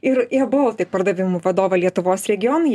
ir airbaltic pardavimų vadovą lietuvos regionui